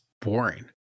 boring